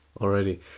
already